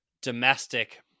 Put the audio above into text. domestic